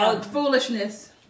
Foolishness